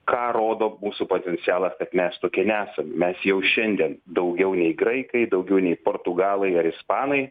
ką rodo mūsų potencialas kad mes tokie nesam mes jau šiandien daugiau nei graikai daugiau nei portugalai ar ispanai